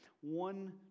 one